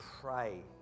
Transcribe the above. pray